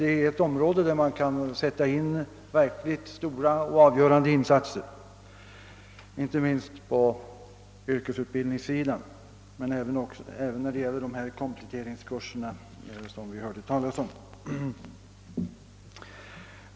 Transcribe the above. Det är ett område där man kan göra verkligt stora och avgörande insatser, inte minst på yrkesutbildningssidan men även när det gäller de kompletteringskurser som vi här hört talas om.